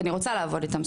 כי אני רוצה לעבוד איתם,